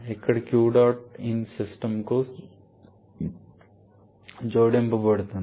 ఇక్కడ Qdot in సిస్టమ్కు జోడించబడుతోంది